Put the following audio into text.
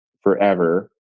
forever